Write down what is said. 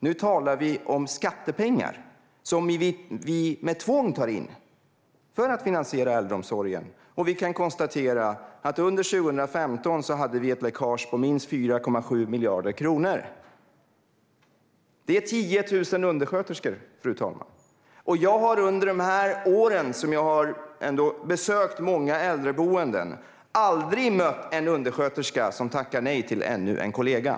Nu talar vi om skattepengar, som vi med tvång tar in för att finansiera äldreomsorgen. Vi kan konstatera att vi under 2015 hade ett läckage på minst 4,7 miljarder kronor. Det är 10 000 undersköterskor, fru talman. Jag har under de här åren, när jag har besökt många äldreboenden, aldrig mött en undersköterska som tackar nej till ännu en kollega.